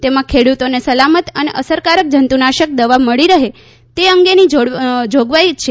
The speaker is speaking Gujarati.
તેમાં ખેડૂતોને સલામત અને અસરકારક જંતુનાશક દવા મળી રહે તે અંગેની જોગવાઇ છે